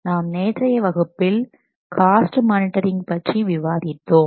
நாம் நேற்றைய வகுப்பில் காஸ்ட் மானிட்டரிங் பற்றி விவாதித்தோம்